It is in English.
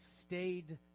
stayed